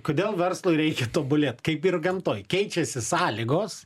kodėl verslui reikia tobulėt kaip ir gamtoj keičiasi sąlygos